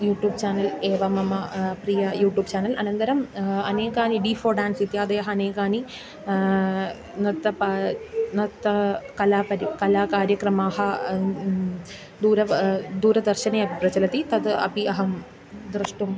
YouTube channel एव मम प्रिय यूट्यूब् चेनेल् अनन्तरम् अनेकानि डिफ़ो डान्स् इत्यादयः अनेकानि नृत्त पा नृत्त कलापरि कलाकार्यक्रमाः दूर दूरदर्शने अपि प्रचलति तत् अपि अहं द्रष्टुं